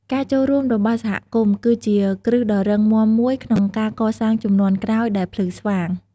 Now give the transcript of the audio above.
ការចូលរួមរបស់សហគមន៍ គឺជាគ្រឹះដ៏រឹងមាំមួយក្នុងការកសាងជំនាន់ក្រោយដែលភ្លឺស្វាង។